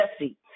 Jesse